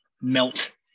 melt